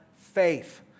faith